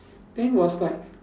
then was like